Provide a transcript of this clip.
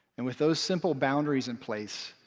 and with those simple boundaries in place,